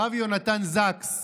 הרב יונתן זקס